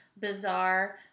bizarre